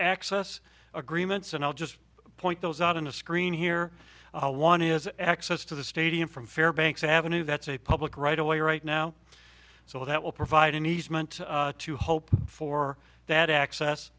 access agreements and i'll just point those out on a screen here one is access to the stadium from fairbanks ave that's a public right away right now so that will provide an easement to hope for that access